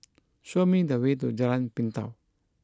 show me the way to Jalan Pintau